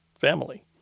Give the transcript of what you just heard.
family